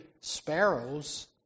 sparrows